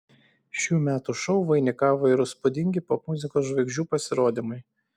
šių metų šou vainikavo ir įspūdingi popmuzikos žvaigždžių pasirodymai